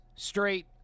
straight